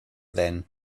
then